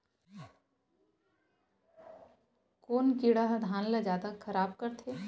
कोन कीड़ा ह धान ल जादा खराब करथे?